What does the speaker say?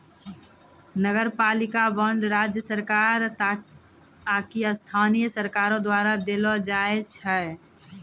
नगरपालिका बांड राज्य सरकार आकि स्थानीय सरकारो द्वारा देलो जाय छै